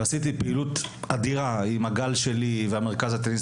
ועשיתי פעילות אדירה עם "הגל שלי" ומרכז הטניס